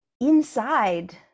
inside